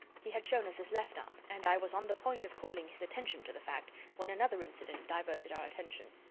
he had shown us his left arm, and i was on the point of calling his attention to the fact, when another incident diverted our attention.